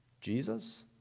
Jesus